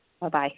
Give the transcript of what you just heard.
Bye-bye